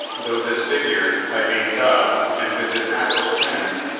though disfigured by being dubbed and with his hackles trimmed,